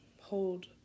hold